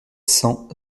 cents